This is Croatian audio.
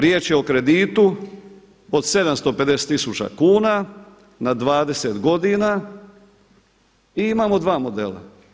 Riječ je o kreditu od 750 000 kuna na 20 godina i imamo dva modela.